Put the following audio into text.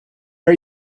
are